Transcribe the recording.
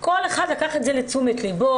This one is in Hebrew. כל אחד לקח את זה לתשומת ליבו.